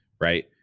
right